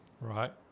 Right